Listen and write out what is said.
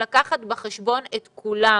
לקחת בחשבון את כולם,